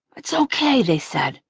it's okay, they said.